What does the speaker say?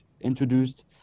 introduced